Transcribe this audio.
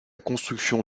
construction